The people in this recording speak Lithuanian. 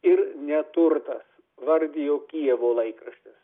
ir neturtas vardijo kijevo laikraštis